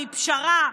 מפשרה,